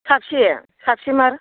साबेसे साबेसेमार